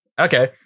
Okay